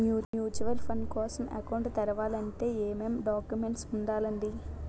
Mutual fund కోసం account తెరవాలంటే ఏమేం డాక్యుమెంట్లు ఉండాలండీ?